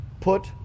put